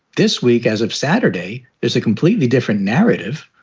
this week as of saturday. there's a completely different narrative.